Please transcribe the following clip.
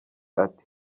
ati